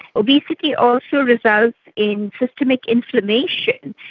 obesity also results in systemic inflammation.